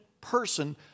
person